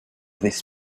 this